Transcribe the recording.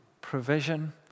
provision